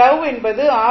τ என்பது ஆர்